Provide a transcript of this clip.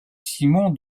simon